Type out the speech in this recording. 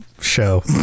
show